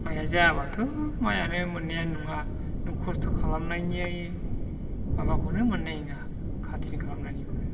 माइया जायाबाथ' माइयानो मोननायानो नङा नों खस्त' खालामनायनि माबाखौनो मोननाय नङा खाथिनि खालामनायनिखौनो